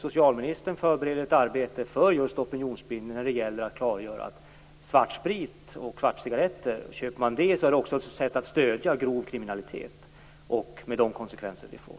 Socialministern förbereder ett arbete för just opinionsbildning när det gäller att klargöra att om man köper svartsprit och svartcigaretter är det också ett sätt att stödja grov kriminalitet med de konsekvenser det får.